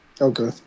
Okay